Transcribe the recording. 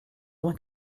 vingt